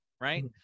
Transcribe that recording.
right